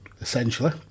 essentially